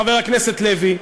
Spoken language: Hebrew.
חבר הכנסת לוי,